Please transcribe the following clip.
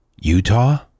Utah